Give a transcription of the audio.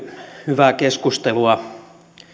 hyvää keskustelua